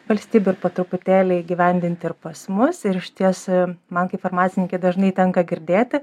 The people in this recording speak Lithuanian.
valstybių ir po truputėlį įgyvendinti ir pas mus ir išties man kaip farmacininkei dažnai tenka girdėti